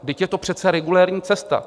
Vždyť je to přece regulérní cesta.